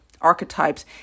archetypes